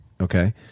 Okay